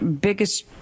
biggest